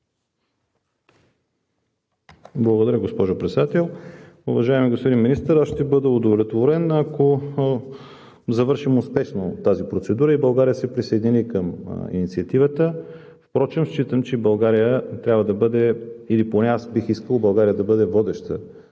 Благодаря, госпожо Председател. Уважаеми господин Министър, аз ще бъда удовлетворен, ако завършим успешно тази процедура и България се присъедини към Инициативата. Впрочем считам, че България трябва да бъде или поне аз бих искал България да бъде водеща,